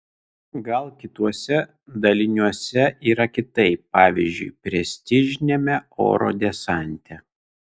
gal kituose daliniuose yra kitaip pavyzdžiui prestižiniame oro desante